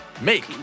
Make